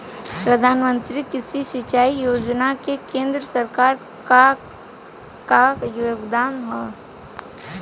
प्रधानमंत्री कृषि सिंचाई योजना में केंद्र सरकार क का योगदान ह?